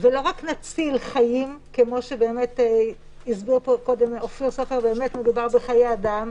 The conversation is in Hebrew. ולא רק נציל חיים כמו שהסביר כאן קודם אופיר סופר ובאמת מדובר בחיי אדם,